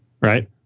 right